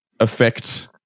affect